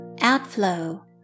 outflow